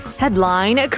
headline